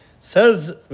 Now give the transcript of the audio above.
Says